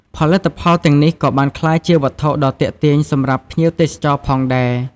ផលិតផលទាំងនេះក៏បានក្លាយជាវត្ថុដ៏ទាក់ទាញសម្រាប់ភ្ញៀវទេសចរផងដែរ។